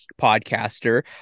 podcaster